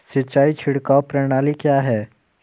सिंचाई छिड़काव प्रणाली क्या है?